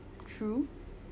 true